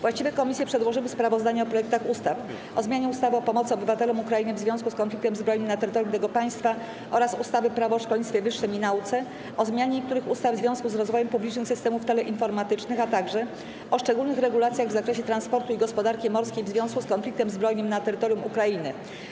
Właściwe komisje przedłożyły sprawozdania o projektach ustaw: - o zmianie ustawy o pomocy obywatelom Ukrainy w związku z konfliktem zbrojnym na terytorium tego państwa oraz ustawy - Prawo o szkolnictwie wyższym i nauce, - o zmianie niektórych ustaw w związku z rozwojem publicznych systemów teleinformatycznych, - o szczególnych regulacjach w zakresie transportu i gospodarki morskiej w związku z konfliktem zbrojnym na terytorium Ukrainy.